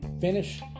finish